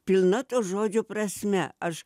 pilna to žodžio prasme aš